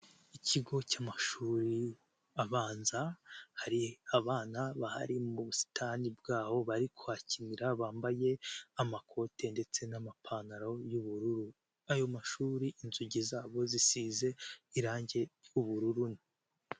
Ikigo cy'amashuri abanza hari abana bahari mu busitani bwaho bari kwahakinira bambaye amakote ndetse n'amapantaro y'ubururu, ayo mashuri inzugi zabo zisize irangi ry'ubururu.